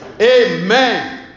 Amen